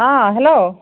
অ hello